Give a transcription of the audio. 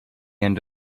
end